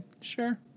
sure